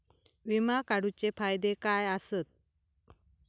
विमा काढूचे फायदे काय आसत?